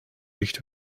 licht